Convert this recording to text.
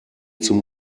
zum